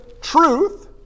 truth